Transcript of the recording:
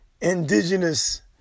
indigenous